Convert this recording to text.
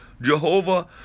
Jehovah